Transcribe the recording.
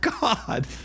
God